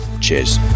Cheers